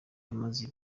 amaze